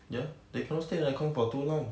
ya they cannot stay in the air con for too long